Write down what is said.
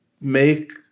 make